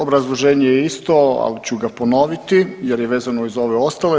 Obrazloženje je isto ali ću ga ponoviti jer je vezano i za ove ostale.